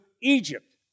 Egypt